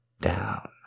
down